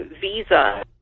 Visa